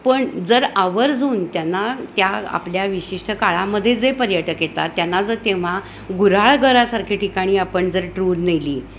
पण जर आवर्जून त्यांना त्या आपल्या विशिष्ट काळामध्ये जे पर्यटक येतात त्यांना जर तेव्हा गुऱ्हाळघरासारखे ठिकाणी आपण जर टूर नेली